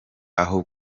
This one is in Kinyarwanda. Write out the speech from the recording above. aho